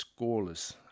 scoreless